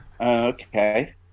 Okay